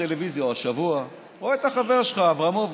הטלוויזיה ורואה את החבר שלך אברמוביץ'.